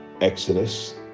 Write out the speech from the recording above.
Exodus